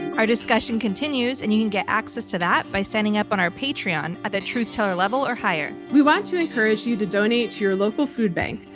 our discussion continues and you can get access to that by signing up on our patreon at the truth teller level or higher. we want to encourage you to donate to your local food bank,